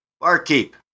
Barkeep